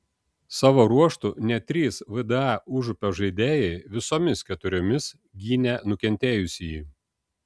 savo ruožtu net trys vda užupio žaidėjai visomis keturiomis gynė nukentėjusįjį